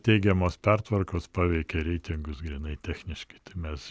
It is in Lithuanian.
teigiamos pertvarkos paveikė reitingus grynai techniškai tai mes